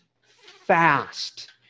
fast